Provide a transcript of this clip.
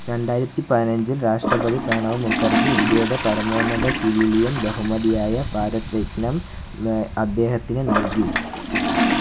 രണ്ടായിരത്തി പതിനഞ്ചിൽ രാഷ്ട്രപതി പ്രണബ് മുഖർജി ഇന്ത്യയുടെ പരമോന്നത സിവിലിയൻ ബഹുമതിയായ ഭാരത് രത്നം അദ്ദേഹത്തിന് നൽകി